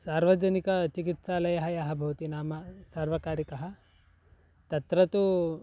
सार्वजनिकचिकित्सालयः यः भवति नाम सार्वकारिकः तत्र तु